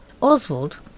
Oswald